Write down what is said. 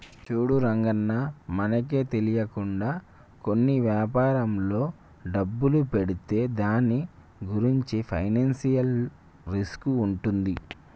చూడు రంగన్న మనమే తెలియకుండా కొన్ని వ్యాపారంలో డబ్బులు పెడితే దాని గురించి ఫైనాన్షియల్ రిస్క్ ఉంటుంది